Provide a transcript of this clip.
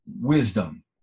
wisdom